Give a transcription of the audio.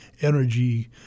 energy